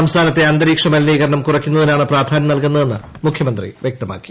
സംസ്ഥാനത്തെ അന്തരീക്ഷമലിനീകരണം കുറയ്ക്കുന്നതിനാണ് പ്രാധാന്യം നൽകുന്നതെന്ന് മുഖ്യമന്ത്രി വ്യക്തമാക്കി